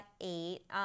eight